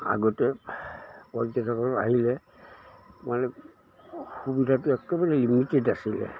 আগতে পৰ্যটক আহিলে মানে সুবিধাটো একেবাৰে লিমিটেড আছিলে